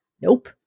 Nope